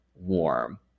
warm